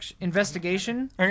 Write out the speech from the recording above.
Investigation